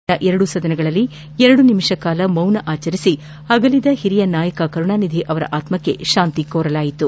ಸಂಸತ್ತಿನ ಎರಡು ಸದನಗಳಲ್ಲಿ ಎರಡು ನಿಮಿಷ ಮೌನ ಆಚರಿಸಿ ಅಗಲಿದ ಹಿರಿಯ ನಾಯಕ ಕರುಣಾನಿಧಿ ಅವರ ಆತ್ಮಕ್ಷೆ ಶಾಂತಿಕೋರಲಾಯಿತು